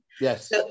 yes